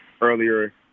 earlier